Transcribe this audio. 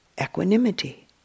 equanimity